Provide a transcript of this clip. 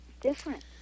different